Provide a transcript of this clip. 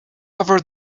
over